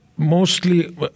Mostly